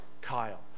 Kyle